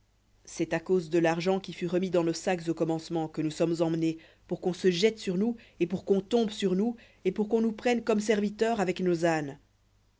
c'est à cause de l'argent qui fut remis dans nos sacs au commencement que nous sommes emmenés pour qu'on se jette sur nous et pour qu'on tombe sur nous et pour qu'on nous prenne comme serviteurs avec nos ânes